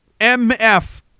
MF